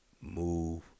move